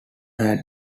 had